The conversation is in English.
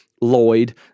Lloyd